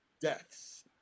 deaths